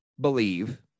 believe